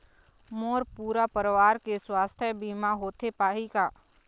मोर पूरा परवार के सुवास्थ बीमा होथे पाही का?